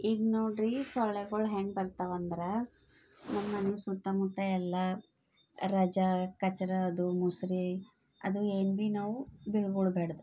ಈಗ ನೋಡ್ರಿ ಸೊಳ್ಳೆಗಳು ಹೆಂಗೆ ಬರ್ತವಂದ್ರೆ ನಮ್ಮ ಮನೆ ಸುತ್ತಮುತ್ತ ಎಲ್ಲ ರಜಾ ಕಚ್ಡಾದು ಮುಸ್ರೆ ಅದು ಏನು ಬಿ ನಾವು ಬೀಳ್ಗೊಳ್ಬಾಡ್ದು